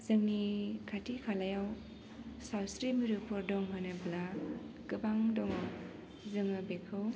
जोंनि खाथि खालायाव सावस्रि मिरुफोर दं होनोब्ला गोबां दङ जोङो बेखौ